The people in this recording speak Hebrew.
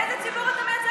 איזה ציבור אתה מייצג?